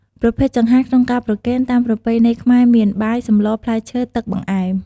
ប្រភេទចង្ហាន់ក្នុងការប្រគេនតាមប្រពៃណីខ្មែរមាន បាយ សម្ល ផ្លែឈើ ទឹក បង្អែម។